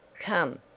Come